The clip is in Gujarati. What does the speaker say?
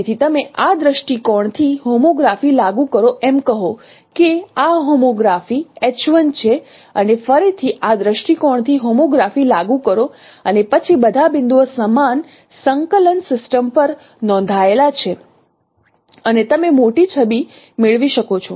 તેથી તમે આ દ્રષ્ટિકોણથી હોમોગ્રાફી લાગુ કરો એમ કહો કે આ હોમોગ્રાફી H1 છે અને ફરીથી આ દૃષ્ટિકોણથી હોમોગ્રાફી લાગુ કરો અને પછી બધા બિંદુઓ સમાન સંકલન સિસ્ટમ પર નોંધાયેલા છે અને તમે મોટી છબી મેળવી શકો છો